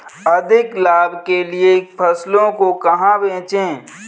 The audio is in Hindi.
अधिक लाभ के लिए फसलों को कहाँ बेचें?